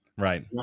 Right